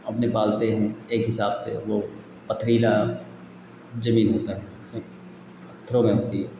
अपने पालते हैं एक हिसाब से वह पथरीली ज़मीन होती है उसमें पत्थरों में होती है